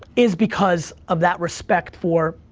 is because of that respect for,